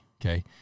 Okay